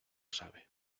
sabe